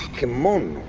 kimono,